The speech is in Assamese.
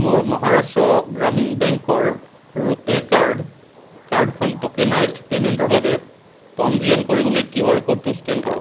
মোৰ মহাৰাষ্ট্ৰ গ্ৰামীণ বেঙ্কৰ ৰূপে কাৰ্ড কাৰ্ডখন ট'কেনাইজ্ড পে'মেণ্টৰ বাবে পঞ্জীয়ন কৰিবলৈ কিউ আৰ ক'ডটো স্কেন কৰক